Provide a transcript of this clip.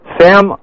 Sam